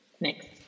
Next